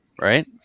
Right